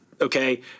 Okay